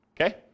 Okay